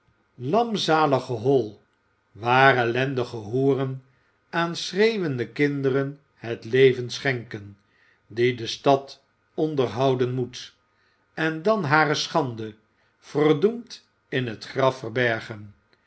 iamzalige hol waar ellendige hoeren aan schreeuwende kinderen het leven schenken die de stad onderhouden moet en dan hare schande verdoemd in het graf verbergen